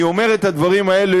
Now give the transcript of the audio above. אני אומר את הדברים האלה,